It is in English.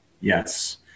Yes